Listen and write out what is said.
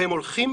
והם הולכים